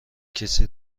کسی